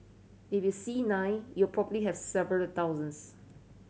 if you see nine you probably have several thousands